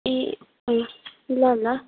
ए ल ल